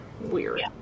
weird